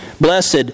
Blessed